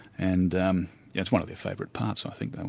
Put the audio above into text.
and um that's one of their favourite parts i think,